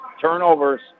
turnovers